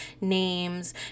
names